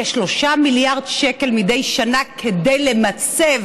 כ-3 מיליארד שקל מדי שנה כדי למצב